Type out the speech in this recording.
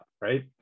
right